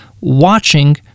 watching